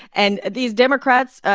and these democrats,